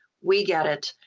we get it.